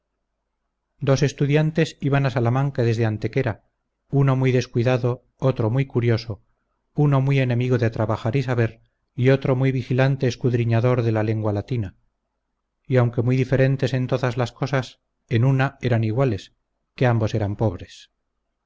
dos estudiantes iban a salamanca desde antequera uno muy descuidado otro muy curioso uno muy enemigo de trabajar y saber y otro muy vigilante escudriñador de la lengua latina y aunque muy diferentes en todas las cosas en una eran iguales que ambos eran pobres